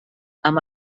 amb